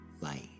light